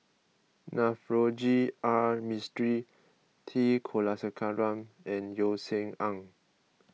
Navroji R Mistri T Kulasekaram and Yeo Seng Ah